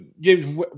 James